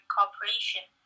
Corporation